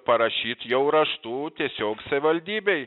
parašyt jau raštu tiesiog savivaldybei